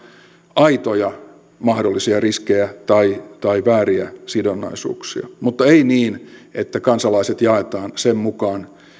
aitoja mahdollisia riskejä tai tai vääriä sidonnaisuuksia mutta ei niin että kansalaiset jaetaan sen mukaan